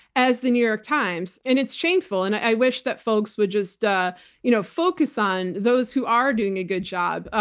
as the new york times. and it's shameful. and i wish that folks would just ah you know focus on those who are doing a good job.